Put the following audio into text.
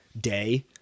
day